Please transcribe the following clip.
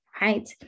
right